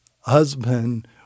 husband